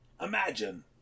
Imagine